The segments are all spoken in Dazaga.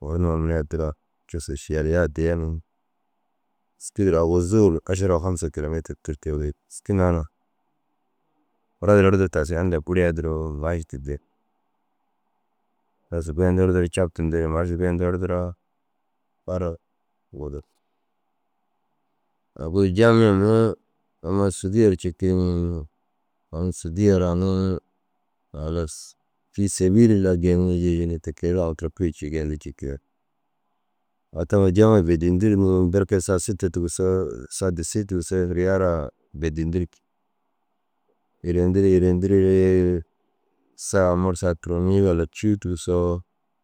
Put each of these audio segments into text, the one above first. Owor nuruu mere addira cussu ši yaliya addiya ni. Dîski duro aguzuu ru ašarau hamsa kîlometir tûrtugi. Dîski naana gura na erdoo tasiya hundaa bôriya duro maaši didin. Halas goyindu erdoore captindeere maaši goyindu erdiraa fara ru wudug. Agu jamiya mere amma sûudiye ru ciki ni aŋ sûudiye ru aŋ halas « fîisebiililaahi geeniriiyi » yi ni te ke ru aũ tira kûicii geeyindii cikii. Au ta mura jamiyaa bêdiyindigi ni berke sa site tigisoo, sa disii tigisoo hiriyeraa bêdindirig. Hiryendirii hiriyendirii ree sa mur saa turonii walla cûu tigisoo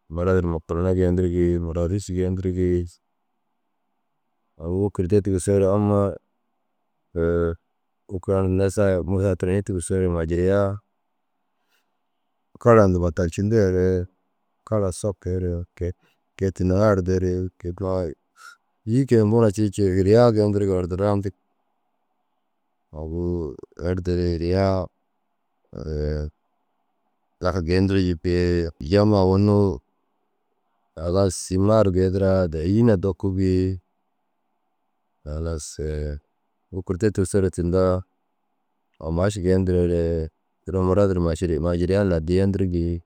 marad ru mukuruna geendirigii marad rîs geendirigii. Agu wôkur te tigisoore ammaa wôkir ai unnu sa mur saa turonii tigisoo mahajiriyaa kara hunduu batacinteere kara sopeere kei kei tindaŋa erdeere keima ai îyuu kôi hunduu na cii ciiru hiriyaa geendiriga erdu rayindig. Agu erdeere hiriyaa zaka geendirii yikii jamiyaa unnu halas simaa ru geediraa daha îyi na dokugii. Halas wôkur te tigisoore tinda au maaši geendiroore duro maradi ru maašir mahajiriyaan na addi yendirigii.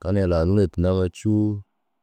Tani ye lau nuruu ye tinda amma cûu.